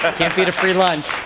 ah can't beat a free lunch.